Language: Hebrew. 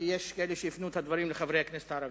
כי יש כאלה שהפנו את הדברים לחברי הכנסת הערבים,